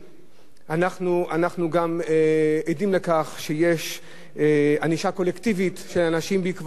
אנחנו גם עדים לכך שיש ענישה קולקטיבית של אנשים בעקבות הפגנות,